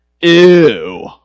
ew